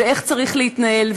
ואיך צריך להתנהל,